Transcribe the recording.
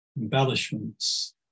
embellishments